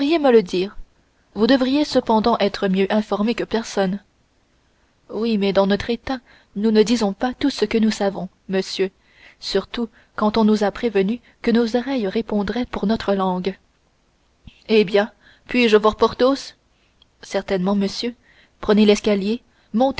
me le dire vous devriez cependant être mieux informé que personne oui mais dans notre état nous ne disons pas tout ce que nous savons monsieur surtout quand on nous a prévenus que nos oreilles répondraient pour notre langue eh bien puis-je voir porthos certainement monsieur prenez l'escalier